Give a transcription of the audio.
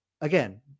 again